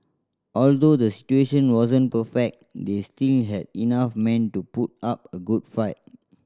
although the situation wasn't perfect they still had enough men to put up a good fight